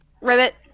Ribbit